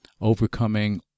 overcoming